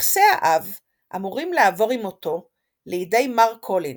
נכסי האב אמורים לעבור עם מותו לידי מר קולינס,